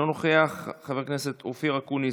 אינו נוכח, חבר הכנסת אופיר אקוניס,